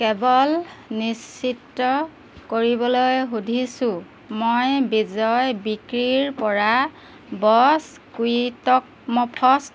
কেৱল নিশ্চিত কৰিবলৈ সুধিছোঁ মই বিজয় বিক্ৰীৰ পৰা বছ কুইটকমফচ